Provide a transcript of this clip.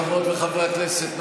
חברות וחברי הכנסת,